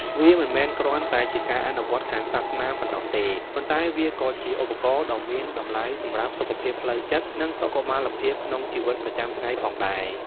វាមិនមែនគ្រាន់តែជាការអនុវត្តន៍ខាងសាសនាប៉ុណ្ណោះទេ ប៉ុន្តែវាក៏ជាឧបករណ៍ដ៏មានតម្លៃសម្រាប់សុខភាពផ្លូវចិត្ត និងសុខុមាលភាពក្នុងជីវិតប្រចាំថ្ងៃផងដែរ។